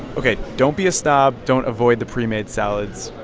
ok, don't be a snob. don't avoid the pre-made salads.